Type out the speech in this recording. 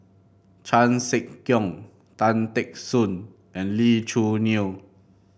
Chan Sek Keong Tan Teck Soon and Lee Choo Neo